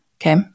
Okay